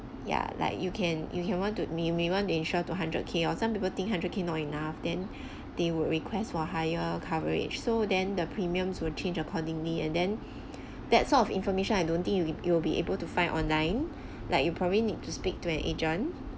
ya like you can you can want to may you may want to ensure two hundred K or some people think hundred K not enough then they would request for higher coverage so then the premiums will change accordingly and then that sort of information I don't think you will you will be able to find online like you probably need to speak to an agent